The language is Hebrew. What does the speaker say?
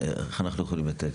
איך אנחנו יכולים לתת?